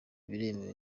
biremewe